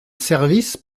services